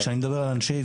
וכשאני מדבר על אנשי,